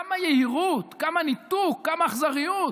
כמה יהירות, כמה ניתוק, כמה אכזריות.